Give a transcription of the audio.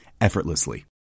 effortlessly